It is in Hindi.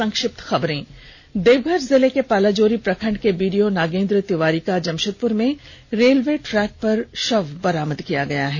संक्षिप्त खबरें देवघर जिला के पालाजोरी प्रखंड के बीडीओ नागेंद्र तिवारी का जमशेदपुर में रेलवे ट्रैक पर शव बरामद किया गया है